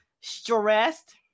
stressed